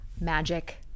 Magic